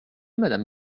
madame